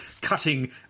cutting